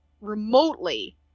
remotely